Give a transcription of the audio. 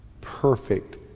perfect